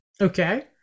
okay